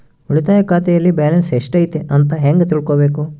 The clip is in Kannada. ಉಳಿತಾಯ ಖಾತೆಯಲ್ಲಿ ಬ್ಯಾಲೆನ್ಸ್ ಎಷ್ಟೈತಿ ಅಂತ ಹೆಂಗ ತಿಳ್ಕೊಬೇಕು?